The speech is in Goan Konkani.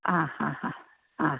आं हां हां आं